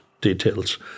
details